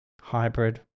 Hybrid